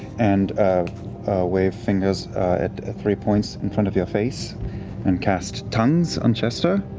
and wave fingers at three points in front of your face and cast tongues on jester.